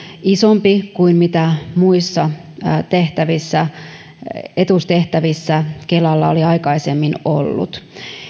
isompi kuin mitä muissa etuustehtävissä kelalla oli aikaisemmin ollut